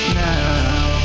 now